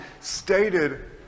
stated